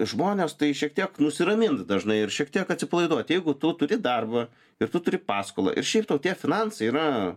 žmones tai šiek tiek nusiramint dažnai ir šiek tiek atsipalaiduot jeigu tu turi darbą ir tu turi paskolą ir šiaip tau tie finansai yra